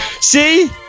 See